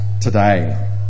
today